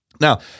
Now